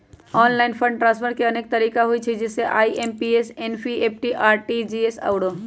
online fund transfer के अनेक तरिका हइ जइसे आइ.एम.पी.एस, एन.ई.एफ.टी, आर.टी.जी.एस आउरो